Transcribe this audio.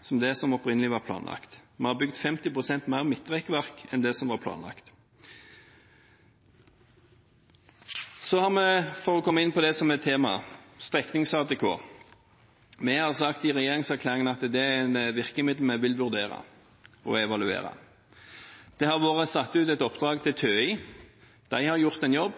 som det som opprinnelig var planlagt. Vi har bygd 50 pst. mer midtrekkverk enn det som var planlagt. Så har vi – for å komme inn på det som er temaet – streknings-ATK. Vi har sagt i regjeringserklæringen at det er et virkemiddel vi vil vurdere og evaluere. Det har vært satt ut et oppdrag til TØI. De har gjort en jobb.